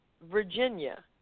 Virginia